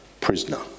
prisoner